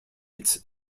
its